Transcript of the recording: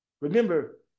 Remember